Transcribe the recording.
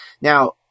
Now